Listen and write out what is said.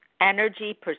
Energy